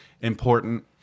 important